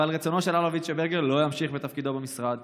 ועל רצונו של אלוביץ' שברגר לא ימשיך בתפקידו במשרד,